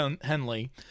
Henley